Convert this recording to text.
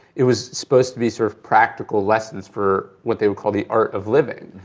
it was supposed to be sort of practical lessons for what they would call the art of living.